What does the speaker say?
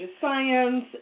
science